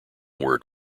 word